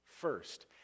first